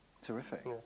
Terrific